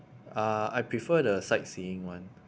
uh I prefer the sightseeing [one]